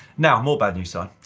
now more about you, so